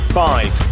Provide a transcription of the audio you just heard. five